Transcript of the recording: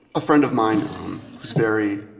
a friend of mine um who's very